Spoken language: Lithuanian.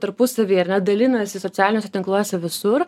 tarpusavyje dalinasi socialiniuose tinkluose visur